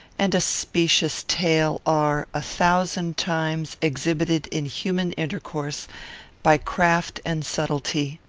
and a specious tale, are, a thousand times, exhibited in human intercourse by craft and subtlety.